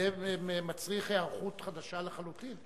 מצריך היערכות חדשה לחלוטין.